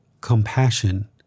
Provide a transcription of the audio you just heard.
Compassion